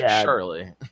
surely